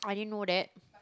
I didn't know that